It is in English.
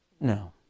no